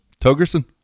Togerson